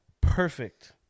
perfect